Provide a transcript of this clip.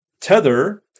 Tether